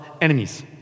enemies